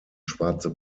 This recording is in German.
schwarze